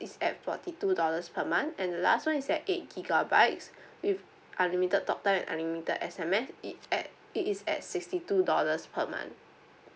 is at forty two dollars per month and the last one is at eight gigabytes with unlimited talk time unlimited S_M_S it's at it is at sixty two dollars per month